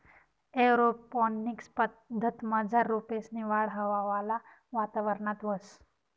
aeroponics पद्धतमझार रोपेसनी वाढ हवावाला वातावरणात व्हस